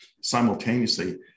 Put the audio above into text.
simultaneously